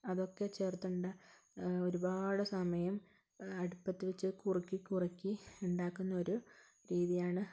അതൊക്കെ ചേർത്തുകൊണ്ട് ഒരുപാട് സമയം അടുപ്പത്ത് വച്ച് കുറുക്കി കുറുക്കി ഉണ്ടാക്കുന്നൊരു രീതിയാണ്